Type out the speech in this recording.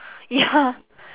ya